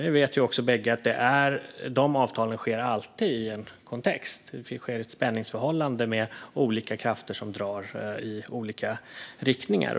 Vi vet också båda att de avtalen alltid sluts i en kontext, i ett spänningsförhållande med olika krafter som drar i olika riktningar.